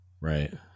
Right